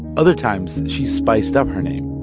other times, she spiced up her name,